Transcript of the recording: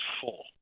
full